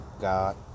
God